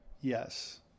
yes